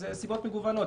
יש סיבות מגוונות.